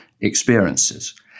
experiences